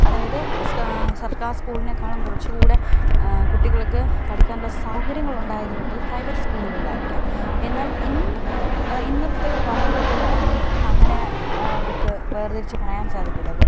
അതായത് സർക്കാർ സ്കൂളിനേക്കാളും കുറച്ചു കൂടെ കുട്ടികൾക്ക് പഠിക്കാനുള്ള സൗകര്യങ്ങൾ ഉണ്ടായിരുന്നത് പ്രൈവറ്റ് സ്കൂളുകളിലായിരിക്കാം എന്നാൽ ഇന്ന് ഇന്നത്തെ ഒരു കാലഘട്ടത്തിൽ അങ്ങനെ നമുക്ക് വേർതിരിച്ചു പറയാൻ സാധിക്കില്ല